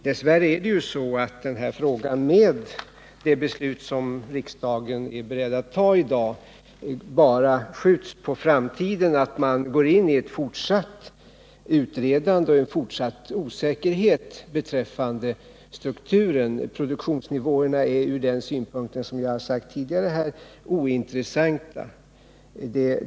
Dess värre är det ju så att den här frågan, med det beslut som riksdagen är beredd att ta i dag, bara skjuts på framtiden och att man går in i ett fortsatt utredande och får en fortsatt osäkerhet beträffande strukturen. Produktionsnivåerna är, som jag tidigare har sagt här, ointressanta ur den synpunkten.